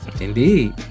Indeed